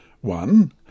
One